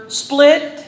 split